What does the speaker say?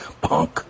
punk